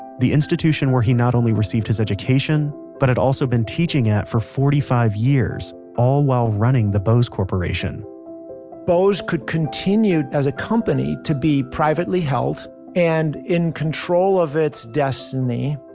the institution where he not only received his education, but had also been teaching at for forty five years, all while running the bose corporation bose could continue, as a company, to be privately held and in control of its destiny,